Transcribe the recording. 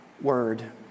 word